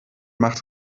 macht